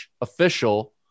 official